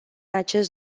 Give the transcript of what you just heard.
acest